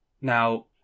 now